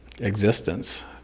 existence